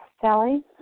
Sally